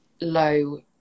low